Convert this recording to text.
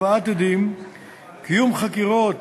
הבאת עדים וקיום חקירות